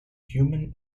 human